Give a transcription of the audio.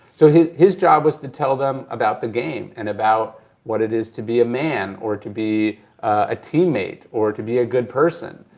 so his his job was to tell them about the game and about what it is to be a man or to be a teammate or to be a good person.